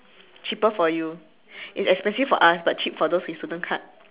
cheaper for you it's expensive for us but cheap for those with student card